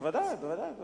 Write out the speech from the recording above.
בוודאי.